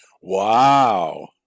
Wow